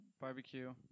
barbecue